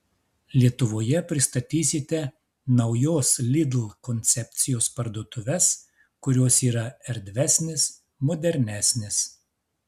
lietuvoje pristatysite naujos lidl koncepcijos parduotuves kurios yra erdvesnės modernesnės